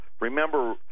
remember